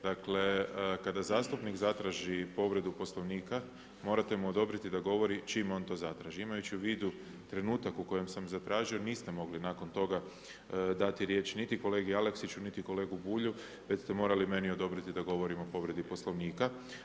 Dakle, kada zastupnik zatraži povredu Poslovniku, morate mu odobriti da govori čim on to zatraži, imajući u vidu, trenutak u kojem sam zatražio, niste mogli nakon toga dati riječ niti kolegi Aleksiću niti kolegu Bulju, već ste morali meni odobriti da govorim o povredi Poslovnika.